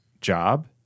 job